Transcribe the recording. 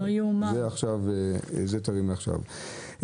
זה טרי מעכשיו.